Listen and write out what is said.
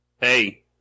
Hey